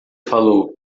falou